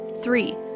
Three